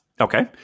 Okay